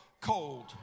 cold